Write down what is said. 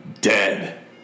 dead